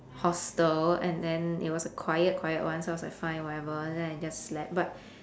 hostel and then it was a quiet quiet one so I was like fine whatever then I just slept but